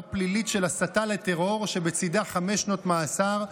פלילית של הסתה לטרור שבצידה חמש שנות מאסר,